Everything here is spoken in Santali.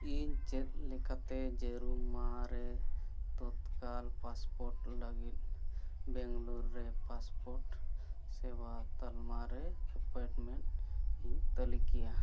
ᱤᱧ ᱪᱮᱫ ᱞᱮᱠᱟᱛᱮ ᱡᱟᱹᱨᱩᱢ ᱢᱟᱦᱟ ᱨᱮ ᱛᱚᱛᱠᱟᱞ ᱯᱟᱥᱯᱳᱨᱴ ᱞᱟᱹᱜᱤᱫ ᱵᱮᱝᱜᱟᱞᱳᱨ ᱨᱮ ᱯᱟᱥᱯᱳᱨᱴ ᱥᱮᱵᱟ ᱛᱟᱞᱢᱟ ᱨᱮ ᱮᱯᱚᱭᱮᱱᱴᱢᱮᱱᱴ ᱤᱧ ᱛᱟᱞᱤᱠᱟᱭᱟ